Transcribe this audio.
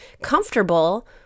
comfortable